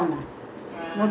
indian beauty house